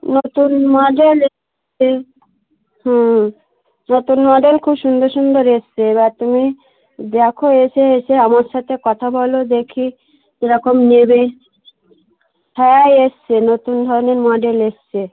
নতুন মডেল এসেছে হুম নতুন মডেল খুব সুন্দর সুন্দর এসেছে এবার তুমি দেখো এসে এসে আমার সাথে কথা বলো দেখি যেরকম নেবে হ্যাঁ এসেছে নতুন ধরনের মডেল এসেছে